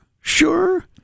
Sure